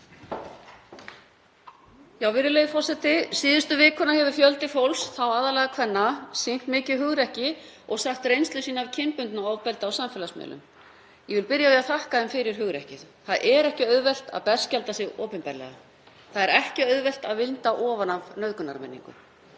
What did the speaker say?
Virðulegur forseti. Síðustu vikuna hefur fjöldi fólks, þá aðallega kvenna, sýnt mikið hugrekki og sett reynslu sína af kynbundnu ofbeldi á samfélagsmiðla. Ég vil byrja á því að þakka þeim fyrir hugrekkið. Það er ekki auðvelt að berskjalda sig opinberlega. Það er ekki auðvelt að vinda ofan af nauðgunarmenningu.